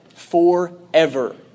Forever